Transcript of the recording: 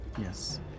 yes